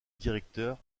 directeur